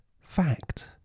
fact